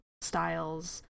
styles